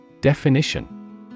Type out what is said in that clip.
Definition